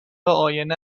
آینه